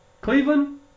Cleveland